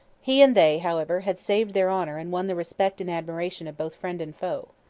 he and they, however, had saved their honour and won the respect and admiration of both friend and foe.